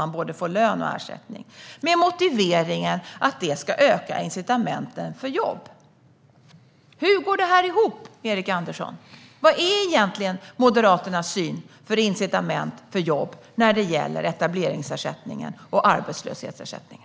Man får då alltså både lön och ersättning. Motiveringen är att det ska öka incitamenten för jobb. Hur går det här ihop, Erik Andersson? Vilken är egentligen Moderaternas syn på incitament för jobb när det gäller etableringsersättningen och arbetslöshetsersättningen?